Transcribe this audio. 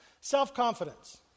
self-confidence